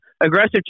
aggressive